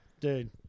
dude